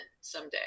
someday